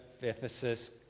Ephesus